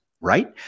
right